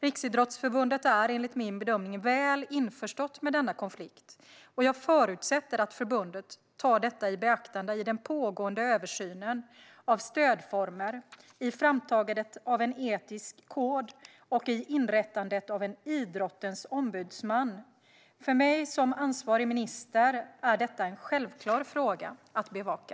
Riksidrottsförbundet är enligt min bedömning väl införstått med denna konflikt, och jag förutsätter att förbundet tar detta i beaktande i den pågående översynen av stödformer, i framtagandet av en etisk kod och i inrättandet av en idrottens ombudsman. För mig som ansvarig minister är detta en självklar fråga att bevaka.